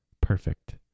perfect